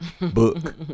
book